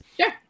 Sure